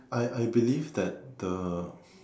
I I believe that the